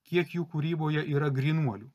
kiek jų kūryboje yra grynuolių